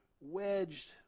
Wedged